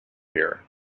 here